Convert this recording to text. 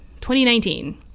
2019